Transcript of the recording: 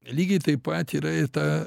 lygiai taip pat yra ir ta